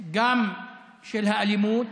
גם של האלימות